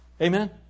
Amen